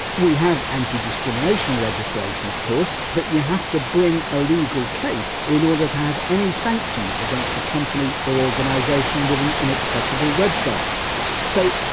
we have anti-discrimination legislation of course but you have to bring a legal case in order to have any sanctions against a company or organisation with an inaccessible website so,